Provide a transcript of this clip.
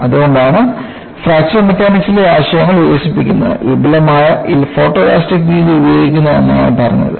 അതുകൊണ്ടാണ് ഫ്രാക്ചർ മെക്കാനിക്സിലെ ആശയങ്ങൾ വികസിപ്പിക്കുന്നതിന് വിപുലമായ ഫോട്ടോഇലാസ്റ്റിക് രീതി ഉപയോഗിക്കുന്നതെന്ന് ഞാൻ പറഞ്ഞത്